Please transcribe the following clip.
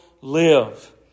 live